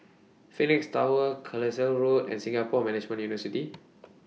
Phoenix Tower Carlisle Road and Singapore Management University